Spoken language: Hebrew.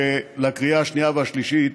לקריאה השנייה והשלישית,